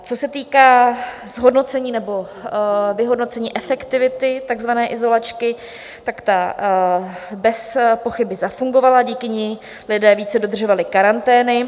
Co se týká zhodnocení nebo vyhodnocení efektivity takzvané izolačky, ta bezpochyby zafungovala, díky ní lidé více dodržovali karantény.